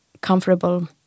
comfortable